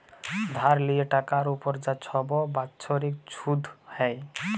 ধার লিয়ে টাকার উপর যা ছব বাচ্ছরিক ছুধ হ্যয়